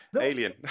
Alien